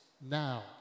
now